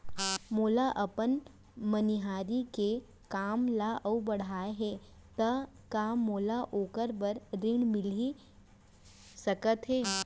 मोला अपन मनिहारी के काम ला अऊ बढ़ाना हे त का मोला ओखर बर ऋण मिलिस सकत हे?